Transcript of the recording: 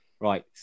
Right